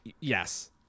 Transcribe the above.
Yes